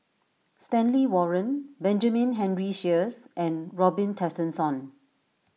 Stanley Warren Benjamin Henry Sheares and Robin Tessensohn